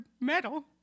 metal